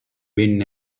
ben